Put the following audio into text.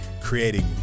creating